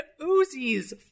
Uzis